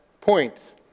point